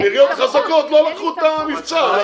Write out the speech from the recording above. עיריות חזקות לא לקחו את המבצע.